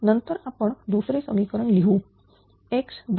नंतर आपण दुसरे समीकरण लिहू x2